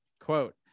quote